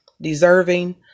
deserving